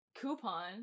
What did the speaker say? coupon